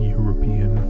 European